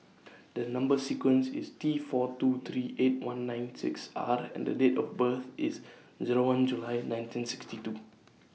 The Number sequence IS T four two three eight one nine six R and The Date of birth IS Zero one July nineteen sixty two